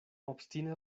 obstine